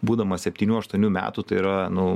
būdamas septynių aštuonių metų tai yra nu